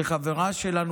שחברה שלנו,